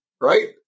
right